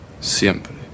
Siempre